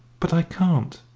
but i can't.